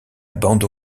bande